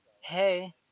hey